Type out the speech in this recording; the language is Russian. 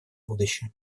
будущее